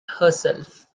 herself